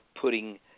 putting